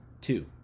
Two